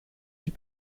six